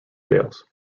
jails